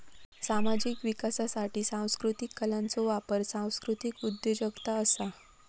सामाजिक विकासासाठी सांस्कृतीक कलांचो वापर सांस्कृतीक उद्योजगता असा